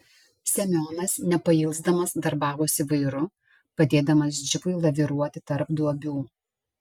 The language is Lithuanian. semionas nepailsdamas darbavosi vairu padėdamas džipui laviruoti tarp duobių